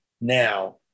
now